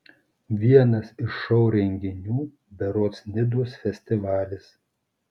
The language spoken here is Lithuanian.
vienas iš šou renginių berods nidos festivalis